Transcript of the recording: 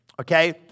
okay